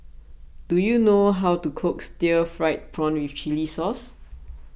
do you know how to cook Stir Fried Prawn with Chili Sauce